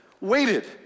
waited